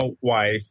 wife